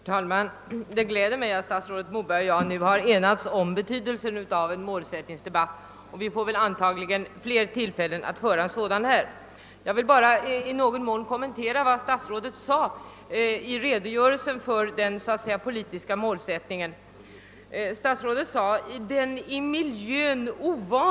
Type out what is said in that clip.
Herr talman! Det gläder mig att statsrådet Moberg och jag nu har enats om betydelsen av en målsättningsdebatt. Vi får antagligen flera tillfällen att föra en sådan här. Jag vill bara i någon mån kommentera vad statsrådet sade i redogörelsen för den politiska målsättningen. Statsrådet använda uttrycket »den i miljön ovane».